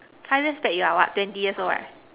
five years back you are what twenty years old ah